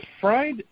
fried